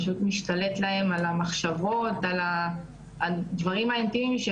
שעצם המצלמות במקלטים,